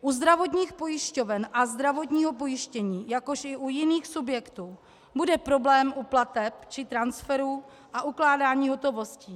U zdravotních pojišťoven a zdravotního pojištění, jakož i u jiných subjektů bude problém u plateb či transferu a ukládání hotovostí.